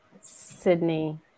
Sydney